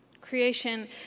Creation